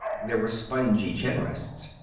there were spongy chinrests.